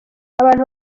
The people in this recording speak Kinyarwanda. abantu